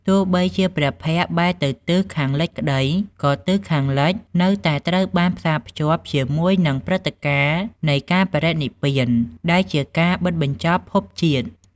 ទោះបីជាព្រះភ័ក្ត្របែរទៅទិសខាងលិចក្ដី ក៏ទិសខាងលិចនៅតែត្រូវបានផ្សារភ្ជាប់ជាមួយនឹងព្រឹត្តិការណ៍នៃការបរិនិព្វាន ដែលជាការបិទបញ្ចប់ភពជាតិ។